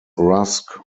rusk